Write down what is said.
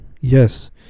Yes